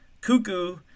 cuckoo